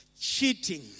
cheating